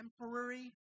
temporary